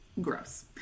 Gross